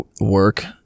work